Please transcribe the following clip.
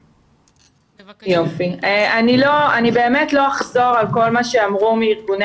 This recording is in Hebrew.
כי ברגע שלא נשלם את אותן עלויות כמו מעונות